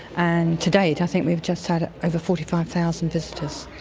and to date i think we've just had over forty five thousand visitors,